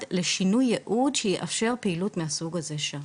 לשינוי יעוד שיאפשר פעילות מהסוג הזה שם.